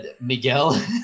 Miguel